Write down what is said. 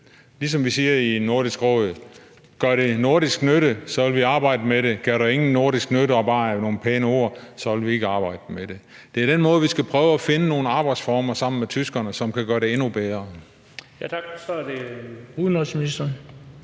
Som vi siger i Nordisk Råd: Gør det nordisk nytte, vil vi arbejde med det, gør det ingen nordisk nytte og bare er nogle pæne ord, så vil vi ikke arbejde med det. Det er den måde, vi skal prøve at finde nogle arbejdsformer sammen med tyskerne på, som kan gøre det endnu bedre. Kl. 18:44 Den fg.